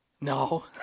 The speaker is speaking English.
No